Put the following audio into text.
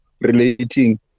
relating